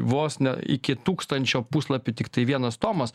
vos ne iki tūkstančio puslapių tiktai vienas tomas